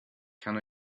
can